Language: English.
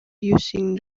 using